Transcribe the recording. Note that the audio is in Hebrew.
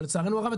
אבל לצערנו הרב,